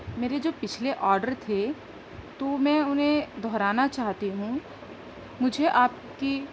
میرے جو پچھلے آرڈر تھے تو میں انہیں دہرانا چاہتی ہوں مجھے آپ کی